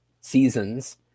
seasons